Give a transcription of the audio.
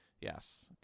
Yes